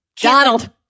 Donald